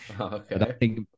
Okay